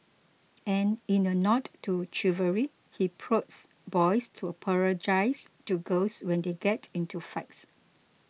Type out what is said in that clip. and in a nod to chivalry he prods boys to apologise to girls when they get into fights